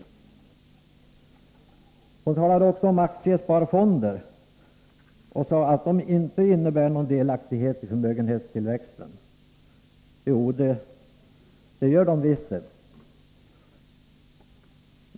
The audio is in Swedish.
Anna Lindh påstod också att aktiesparfonder inte innebär någon delaktighet i förmögenhetstillväxten. Jo, det gör de visst det.